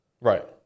Right